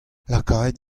lakaet